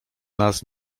nas